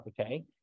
okay